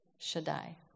Shaddai